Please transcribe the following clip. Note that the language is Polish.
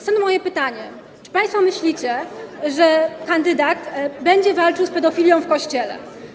Stąd moje pytanie: Czy państwo myślicie, że kandydat będzie walczył z pedofilią w Kościele?